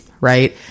right